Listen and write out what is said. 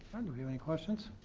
kind of you know any questions?